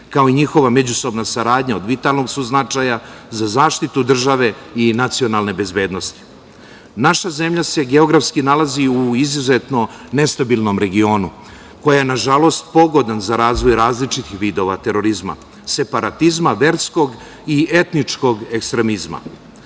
kao i njihova međusobna saradnja od vitalnog su značaja za zaštitu države i nacionalne bezbednosti. Naša zemlja se geografski nalazi u izuzetno nestabilnom regionu, koja je na žalost pogodna za razvoj različitih vidova terorizma, separatizma, verskog i etničkog ekstremizma.